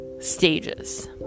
stages